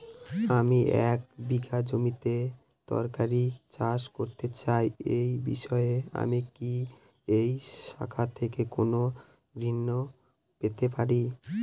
আমি এক বিঘা জমিতে তরিতরকারি চাষ করতে চাই এই বিষয়ে আমি কি এই শাখা থেকে কোন ঋণ পেতে পারি?